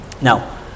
Now